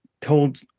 told